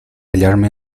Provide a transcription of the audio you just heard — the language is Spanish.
hallarme